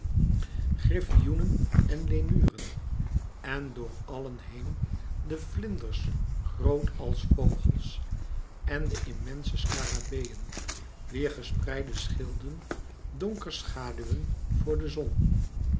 griffioenen en lemuren en door allen heen de vlinders groot als vogels en de immense scarabeeën wier gespreide schilden donker schaûwden voor de zon